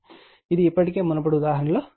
ఇది ఇప్పటికే మునుపటి ఉదాహరణలో చూసాము